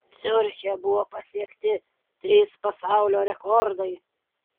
ciuriche buvo pasiekti trys pasaulio rekordai